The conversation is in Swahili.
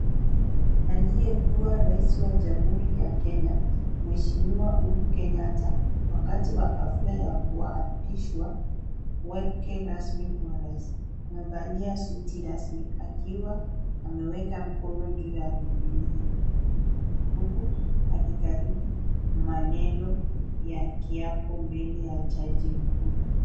Aliyekuwa rais wa jamhuri ya kenya mheshimiwa Uhuru Kenyatta, wakati ya hafla ya kuapishwa wake wa urais, amevalia suti rasmi akiwa ameweka mkono juu ya bibilia, huku akikariri maneno ya kiapo mbele ya jaji mkuu.